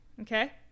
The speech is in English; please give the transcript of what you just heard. Okay